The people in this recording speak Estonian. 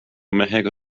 mehega